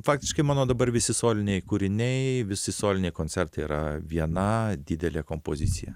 faktiškai mano dabar visi soliniai kūriniai visi soliniai koncertai yra viena didelė kompozicija